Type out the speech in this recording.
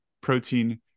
protein